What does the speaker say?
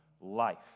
life